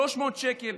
300 שקלים.